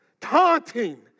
Taunting